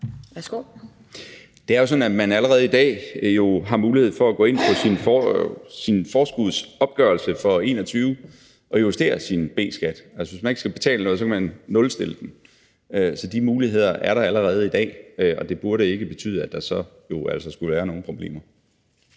Bødskov): Det er jo sådan, at man allerede i dag har mulighed for at gå ind på sin forskudsopgørelse for 2021 og justere sin B-skat. Hvis man ikke skal betale noget, kan man nulstille den. Så de muligheder er der allerede i dag, og det burde jo betyde, at der så ikke skulle være nogen problemer.